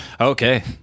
Okay